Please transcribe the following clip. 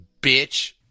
bitch